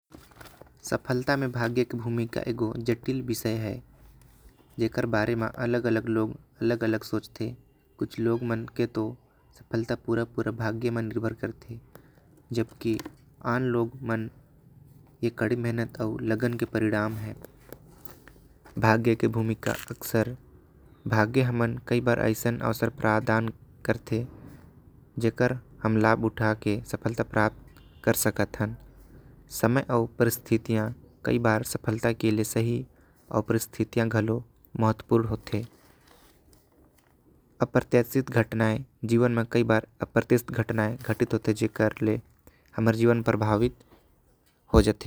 सफलता में भाग्य के भूमिका एगो जटिल विषय है। जेकर बारे में अलग अलग लोग अलग अलग सोचते। कुछ मनके लोग के तो सफलता पूरा पूरा भाग्य मनके बार करते। जबकि आन लोग मन ए कड़ी मेहनत आऊ लग्न के परिणाम हे। भाग्य के भूमिका अक्सर भाग्य हमन कई बार ऐसन अवसर प्रदान करते। जेकर हम लाभ उठा के सफलता प्राप्त कर सकत हन समय आऊ। प्रस्तुतियां कई बार सफलता के सही आऊ परिस्थितियों गोलों महत्वपूर्ण होते। अप्रत्याशित खतना कई बार अप्रत्याशित घटनाएं। जेकर ले हमर जीवन प्रभावित हो जाते।